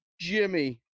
Jimmy